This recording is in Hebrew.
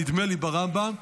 נדמה לי שמופיע ברמב"ם,